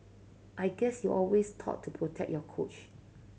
I guess you always taught to protect your coach